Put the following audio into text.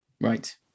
Right